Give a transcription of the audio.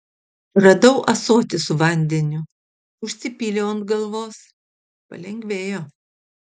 radau ąsotį su vandeniu užsipyliau ant galvos palengvėjo